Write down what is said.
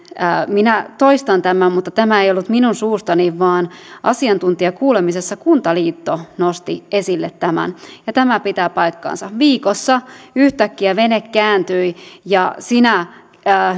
minä toistan tämän mutta tämä ei ollut minun suustani vaan asiantuntijakuulemisessa kuntaliitto nosti esille tämän ja tämä pitää paikkansa viikossa yhtäkkiä vene kääntyi ja siinä